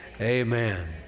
amen